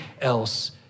else